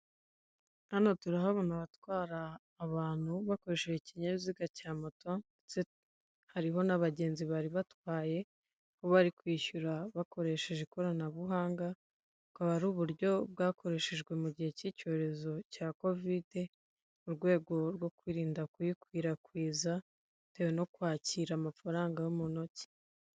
Hano turahabona abatwara abantu bakoresheje ikinyabiziga cya moto ndetse hariho n'abagenzi bari batwaye, bo bari kwishyura bakoresheje ikoranabuhanga, bukaba ari uburyo bwakoreshejwe mu gihe cy'icyorezo cya kovide, mu rwego rwo kwirinda kuyikwirakwiza bitewe no kwakira amafaranga yo mu ntoki.